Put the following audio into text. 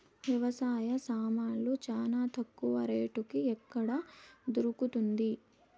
వ్యవసాయ సామాన్లు చానా తక్కువ రేటుకి ఎక్కడ దొరుకుతుంది?